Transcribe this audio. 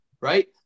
right